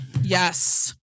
Yes